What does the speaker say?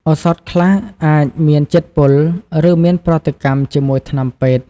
ឱសថខ្លះអាចមានជាតិពុល ឬមានប្រតិកម្មជាមួយថ្នាំពេទ្យ។